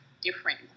different